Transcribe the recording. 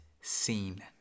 scene